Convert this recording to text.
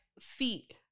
feet